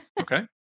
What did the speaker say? Okay